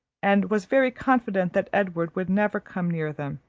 and was very confident that edward would never come near them.